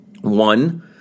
One